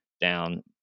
down